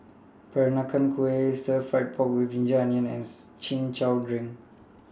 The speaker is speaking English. Peranakan Kueh Stir Fried Pork with Ginger Onions and Chin Chow Drink